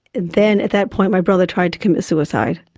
then at that point my brother tried to commit suicide,